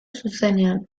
zuzenean